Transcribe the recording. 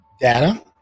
data